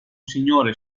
signore